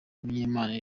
munyemana